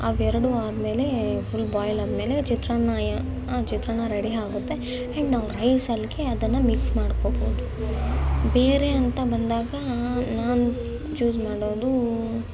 ಅವೆರಡು ಆದಮೇಲೆ full boil ಆದಮೇಲೆ ಚಿತ್ರಾನ್ನ ಚಿತ್ರಾನ್ನ ರೆಡಿ ಆಗುತ್ತೆ ಆ್ಯಂಡ್ ನಾವು ರೈಸ್ ಅಲ್ಲಿಗೆ ಅದನ್ನು ಮಿಕ್ಸ್ ಮಾಡ್ಕೊಳ್ಬೋದು ಬೇರೆ ಅಂತ ಬಂದಾಗ ನಾನು ಚೂಸ್ ಮಾಡೋದು